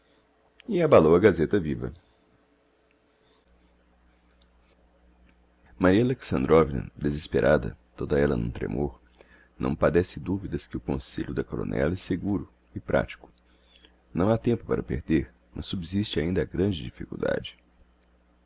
e abalou a gazeta viva maria alexandrovna desesperada toda ella n'um tremor não padece duvida que o conselho da coronela é seguro e pratico não ha tempo para perder mas subsiste ainda a grande difficuldade